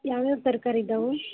ಯಾವ್ಯಾವ ತರಕಾರಿ ಇದಾವೆ